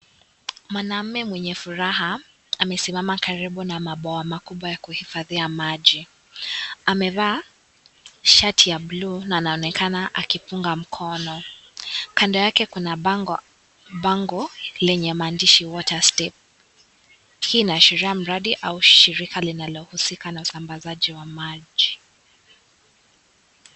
Mwanaume mwenye furaha, amesimama karibu na mabawa kubwa ya kuhifadhia maji. Amevaa shati ya blue na anaonekana akipunga mkono. Kando yake kuna bango lenye maandishi, water step .Hii inaashiria mradi au shirika linalohusika na usambazaji wa maji.